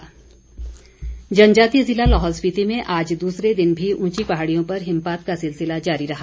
मौसम जनजातीय जिला लाहौल स्पिति में आज दूसरे दिन भी उंची पहाड़ियों पर हिमपात का सिलसिला जारी रहा